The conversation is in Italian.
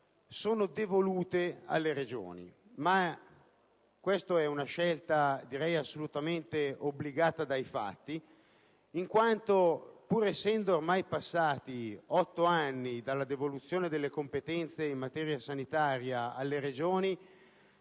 già devoluta alle Regioni. Si tratta di una scelta assolutamente obbligata dai fatti in quanto, pur essendo ormai passati otto anni dalla devoluzione delle competenze in materia sanitaria alle Regioni,